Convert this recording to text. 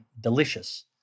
delicious